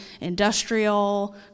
industrial